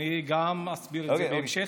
אני גם אסביר את זה בהמשך,